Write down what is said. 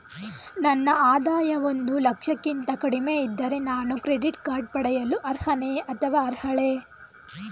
ನನ್ನ ಆದಾಯ ಒಂದು ಲಕ್ಷಕ್ಕಿಂತ ಕಡಿಮೆ ಇದ್ದರೆ ನಾನು ಕ್ರೆಡಿಟ್ ಕಾರ್ಡ್ ಪಡೆಯಲು ಅರ್ಹನೇ ಅಥವಾ ಅರ್ಹಳೆ?